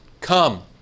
Come